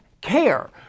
care